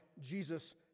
Jesus